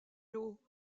lot